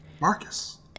marcus